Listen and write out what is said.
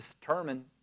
determine